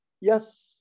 Yes